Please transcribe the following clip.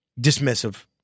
dismissive